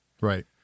Right